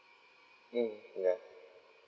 mm ya